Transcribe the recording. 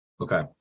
Okay